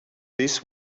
this